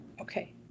Okay